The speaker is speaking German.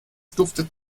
duftet